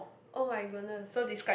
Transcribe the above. [oh]-my-goodness